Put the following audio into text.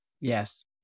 Yes